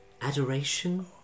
adoration